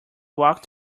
walked